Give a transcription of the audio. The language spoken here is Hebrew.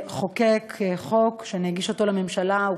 לחוקק חוק שנגיש לממשלה.